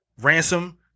Ransom